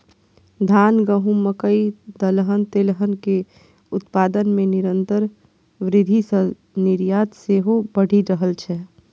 धान, गहूम, मकइ, दलहन, तेलहन के उत्पादन मे निरंतर वृद्धि सं निर्यात सेहो बढ़ि रहल छै